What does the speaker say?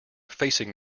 facing